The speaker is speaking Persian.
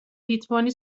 لیتوانی